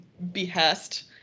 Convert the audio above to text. Behest